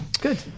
Good